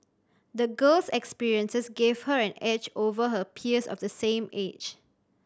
the girl's experiences gave her an edge over her peers of the same age